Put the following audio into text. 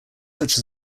such